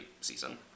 season